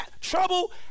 trouble